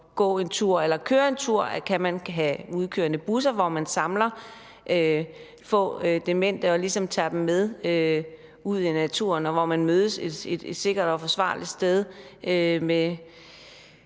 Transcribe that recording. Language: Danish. gå en tur eller køre en tur? Kan man have udkørende busser, hvor man samler få demente og tager dem med ud i naturen, hvor man mødes et sikkert og forsvarligt sted med